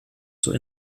zur